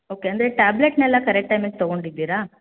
okay ಅಂದರೆ ಟ್ಯಾಬ್ಲೆಟ್ನೆಲ್ಲಾ correct ಟೈಮಿಗೆ ತಗೊಂಡಿದ್ದೀರಾ